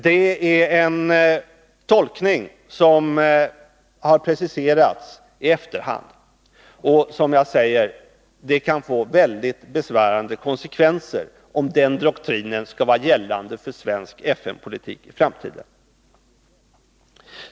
Det är en tolkning som har preciserats i efterhand, och som jag sade kan det få väldigt 67 besvärande konsekvenser om den doktrinen skall vara gällande för svensk FN-politik i framtiden.